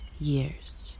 years